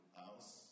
house